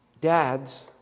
dads